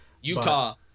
Utah